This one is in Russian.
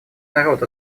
народ